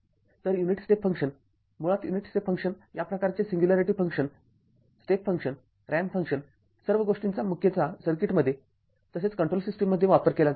तर unit step function मुळात unit step function या प्रकारचे singularity function step function ramp function सर्व गोष्टींचा मुख्यतः सर्किटमध्ये तसेच कंट्रोल सिस्टीममध्ये वापर केला जाईल